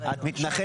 וגם